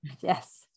yes